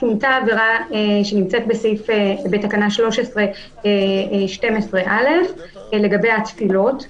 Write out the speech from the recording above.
עבירה בתקנה 13(12א) לגבי התפילות.